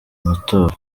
matora